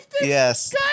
Yes